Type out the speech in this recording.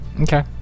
Okay